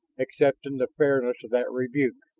accepting the fairness of that rebuke.